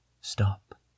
stop